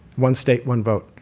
one state, one vote.